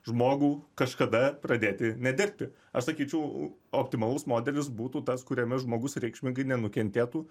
žmogų kažkada pradėti nedirbti aš sakyčiau optimalus modelis būtų tas kuriame žmogus reikšmingai nenukentėtų